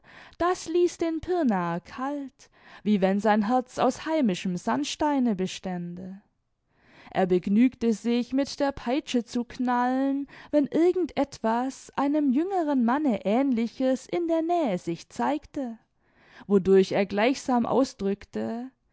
das ließ den pirnaer kalt wie wenn sein herz aus heimischem sandsteine bestände er begnügte sich mit der peitsche zu knallen wenn irgend etwas einem jüngeren manne aehnliches in der nähe sich zeigte wodurch er gleichsam ausdrückte